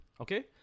okay